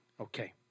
Okay